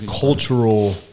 Cultural